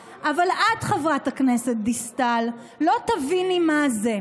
אבל את, חברת הכנסת דיסטל, לא תביני מה זה.